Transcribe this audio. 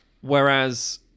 Whereas